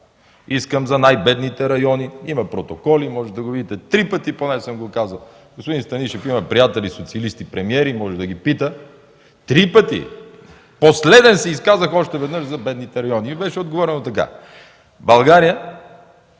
„Исках за най-бедните райони”. Има протоколи и можете да видите – три пъти поне съм го казвал. Господин Станишев има приятели социалисти премиери и може да ги пита. Три пъти! Последен се изказах още веднъж за бедните райони и ми беше отговорено така: „България